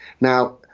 Now